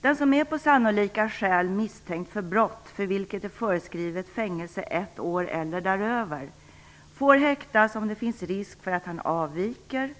Den som är på sannolika skäl misstänkt för brott för vilket är föreskrivet fängelse ett år eller däröver får häktas om det finns risk för att han avviker,